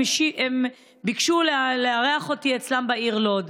הן ביקשו לארח אותי אצלן בעיר לוד.